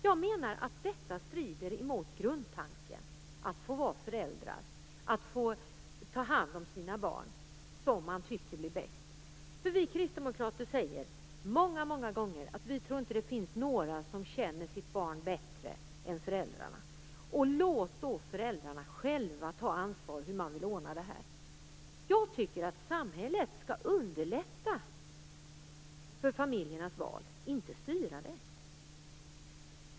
Jag menar att detta strider mot grundtanken att man skall få vara förälder, att man skall få ta hand om sina barn på det sätt som man tycker blir bäst. Vi kristdemokrater säger många gånger att vi inte tror att det finns några som känner sina barn bättre än föräldrarna. Låt då föräldrarna själva ta ansvar för att ordna det här. Jag tycker att samhället skall underlätta familjernas val, inte styra det.